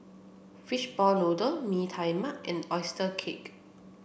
fishball noodle Mee Tai Mak and oyster cake